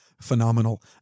phenomenal